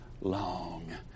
long